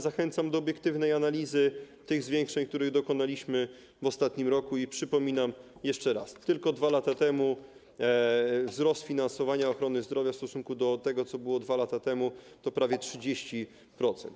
Zachęcam do obiektywnej analizy tych zwiększeń, których dokonaliśmy w ostatnim roku, i przypominam jeszcze raz, że wzrost finansowania ochrony zdrowia w stosunku do tego, co było 2 lata temu, to prawie 30%.